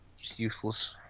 Useless